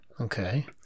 Okay